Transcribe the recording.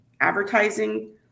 advertising